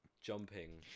jumping